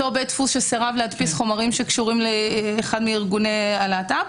אותו בית דפוס שסירב להדפיס חומרים שקשורים לאחד מארגוני הלהט"ב,